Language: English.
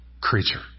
creature